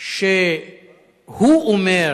שהוא אומר